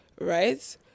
Right